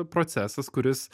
procesas kuris